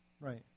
Right